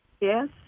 Yes